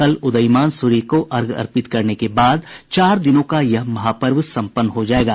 कल उदयीमान सूर्य को अर्घ्य अर्पित करने के बाद चार दिनों का यह महापर्व सम्पन्न हो जायेगा